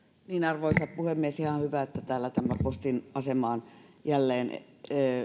arvoisa puhemies ihan hyvä että täällä tämä postin asema on jälleen